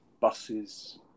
buses